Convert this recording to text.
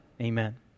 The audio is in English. amen